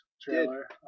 trailer